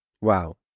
Wow